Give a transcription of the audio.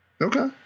Okay